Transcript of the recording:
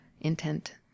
intent